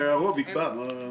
והרוב יקבע.